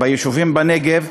ביישובים בנגב,